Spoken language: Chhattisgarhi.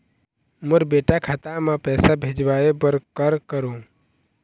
मोर बेटा खाता मा पैसा भेजवाए बर कर करों?